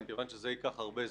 מכיוון שזה ייקח הרבה זמן,